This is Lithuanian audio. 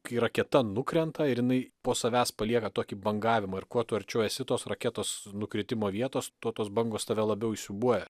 kai raketa nukrenta ir jinai po savęs palieka tokį bangavimą ir kuo tu arčiau esi tos raketos nukritimo vietos tuo tos bangos tave labiau įsiūbuoja